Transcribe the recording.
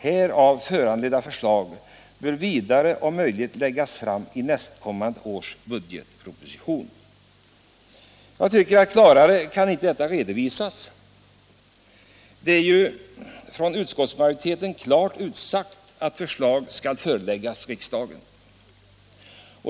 Härav föranledda förslag bör vidare om möjligt läggas fram i nästkommande års budgetproposition.” Klarare kan inte detta redovisas, tycker jag. Det är av utskottsmajoriteten klart utsagt att förslag skall föreläggas riksdagen.